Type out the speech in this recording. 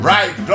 Right